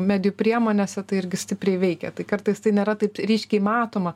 medijų priemonėse tai irgi stipriai veikia tai kartais tai nėra taip ryškiai matoma